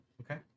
Okay